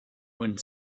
one